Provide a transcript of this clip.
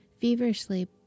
feverishly